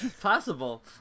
possible